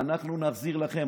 אנחנו נחזיר לכם.